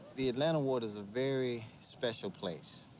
the atlanta ward is a very special place.